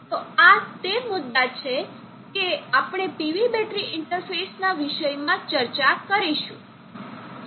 તો આ તે મુદ્દા છે કે આપણે PV બેટરી ઇન્ટરફેસના વિષયમાં ચર્ચા કરીશું